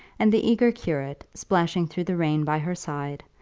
and the eager curate, splashing through the rain by her side,